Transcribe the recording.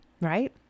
right